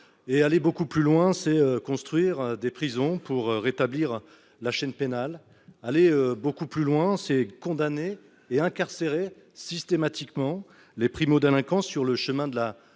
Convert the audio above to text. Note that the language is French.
Aller beaucoup plus loin, c'est construire des prisons pour rétablir la chaîne pénale. Aller beaucoup plus loin, c'est condamner et incarcérer systématiquement les primodélinquants sur le chemin de la